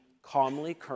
calmly